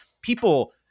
people